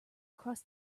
across